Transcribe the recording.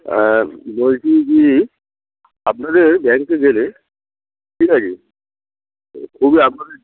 হ্যাঁ বলছি কি আপনাদের ব্যাংকে গেলে ঠিক আছে খুবই আপনাদের